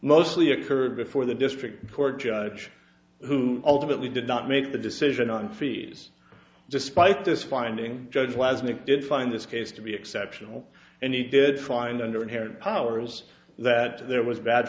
mostly occurred before the district court judge who ultimately did not make the decision on fees despite this finding judge wasnik did find this case to be exceptional and he did find under inherent powers that there was bad